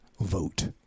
vote